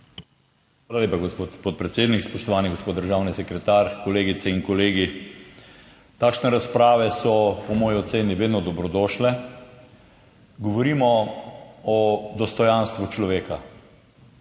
Hvala lepa, gospod podpredsednik. Spoštovani gospod državni sekretar, kolegice in kolegi! Takšne razprave so po moji oceni vedno dobrodošle. Govorimo o dostojanstvu človeka